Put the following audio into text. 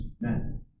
men